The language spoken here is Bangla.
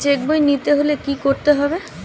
চেক বই নিতে হলে কি করতে হবে?